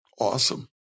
awesome